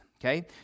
Okay